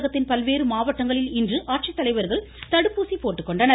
தமிழகத்தின் பல்வேறு மாவட்டங்களில் இன்று ஆட்சித்தலைவர்கள் தடுப்பூசி போட்டுக் கொண்டனர்